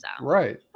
Right